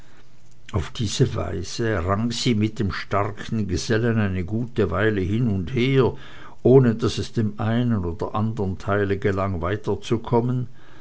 auf diese weise rang sie mit dem starken gesellen eine gute weile hin und her ohne daß es dem einen oder andern teile gelang